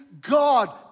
God